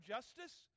Justice